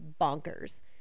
bonkers